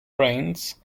brains